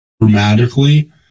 dramatically